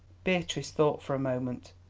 beatrice thought for a moment.